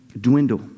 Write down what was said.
dwindle